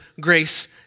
grace